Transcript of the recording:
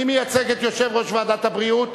מי מייצג את יושב-ראש ועדת הבריאות?